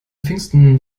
pfingsten